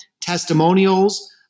testimonials